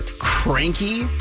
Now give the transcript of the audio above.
cranky